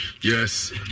yes